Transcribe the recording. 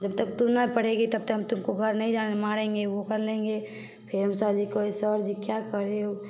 जब तक तुम नहीं पढ़ेगी तब तक हम तुमको घर नहीं जाने मारेंगे वो कल लेंगे फिर हम सर जी को कहे सर जी क्या करे